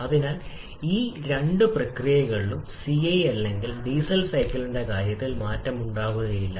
അതിനാൽ ഈ രണ്ട് പ്രക്രിയകളിലും സിഐ എഞ്ചിൻ അല്ലെങ്കിൽ ഡീസൽ സൈക്കിളിന്റെ കാര്യത്തിൽ മാറ്റമുണ്ടാകില്ല